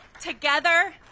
Together